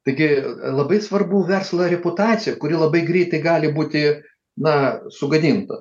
taigi labai svarbu verslo reputacija kuri labai greitai gali būti na sugadinta